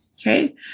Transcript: Okay